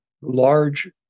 large